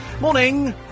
Morning